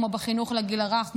כמו בחינוך לגיל הרך,